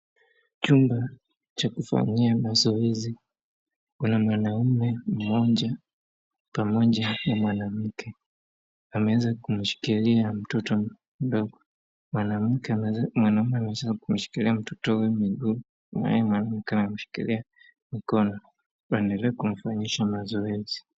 Chumba cha kufanyia mazoezi kuna mwanaume mmoja pamoja na mwanamke , wameweza kumshikilia mtoto mdogo , mwanaume ameweza kumshikila mtoto huyo miguu naye mwanamke amemshikilia mikono , wanaendelea kumfanyisha mazoezi .